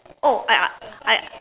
oh I uh I